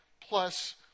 plus